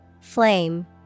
Flame